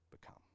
become